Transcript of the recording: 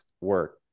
work